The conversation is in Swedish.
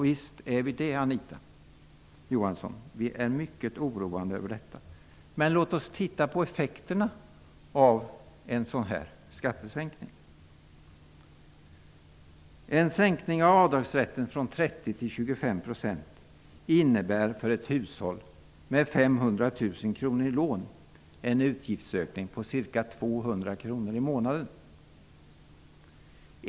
Visst är jag det, Anita Johansson. Vi i kds är mycket oroade över dessa. Men låt oss se på effekterna av en skattesänkning. innebär för ett hushåll med 500 000 kr i lån en utgiftsökning med ca 200 kr i månaden.